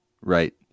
Right